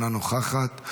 אינה נוכחת.